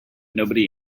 nobody